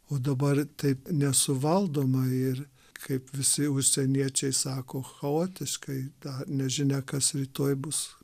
o dabar tai nesuvaldoma ir kaip visi užsieniečiai sako chaotiškai ta nežinia kas rytoj bus